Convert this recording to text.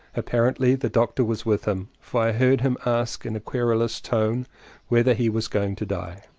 apparently the doctor was with him, for i heard him ask in a querulous tone whether he was going to die.